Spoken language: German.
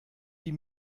die